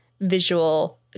visual